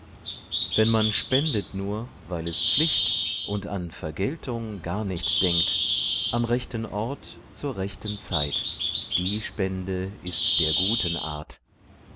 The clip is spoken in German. wenn man spendet nur weil es pflicht und an vergeltung gar nicht denkt am rechten ort zur rechten zeit die spende ist der guten art